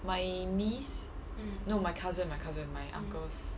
my niece no my cousin my cousin my uncle's